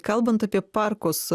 kalbant apie parkus